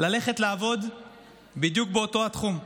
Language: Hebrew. ללכת לעבוד בדיוק באותו התחום,